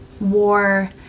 war